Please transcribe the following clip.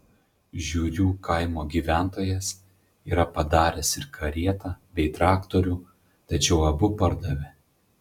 žiurių kaimo gyventojas yra padaręs ir karietą bei traktorių tačiau abu pardavė